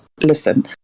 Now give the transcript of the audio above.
listen